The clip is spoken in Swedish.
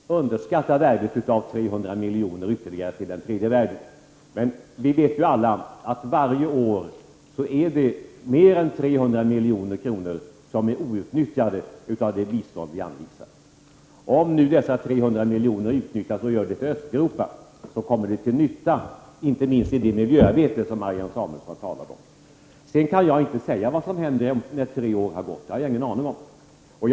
Fru talman! Jag vill inte underskatta värdet av 300 miljoner ytterligare till den tredje världen. Men vi vet alla att mer än 300 milj.kr. av det bistånd som vi anvisar är outnyttjade varje år. Om dessa 300 miljoner utnyttjas som bistånd till Östeuropa kommer de till nytta, inte minst i det miljöarbete som Marianne Samuelsson talade om. Jag kan inte säga vad som händer när tre år har gått. Det har jag ingen aning om.